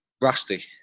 Rusty